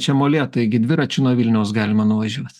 čia molėtai dviračiu nuo vilniaus galima nuvažiuot